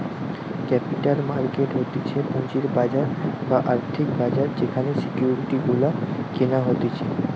capital market হতিছে পুঁজির বাজার বা আর্থিক বাজার যেখানে সিকিউরিটি গুলা কেনা হতিছে